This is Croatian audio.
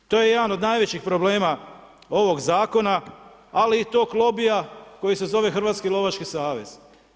To je jedan od najvećih problema ovoga zakona, ali i tog lobija koji se zove Hrvatski lovački savez.